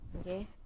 okay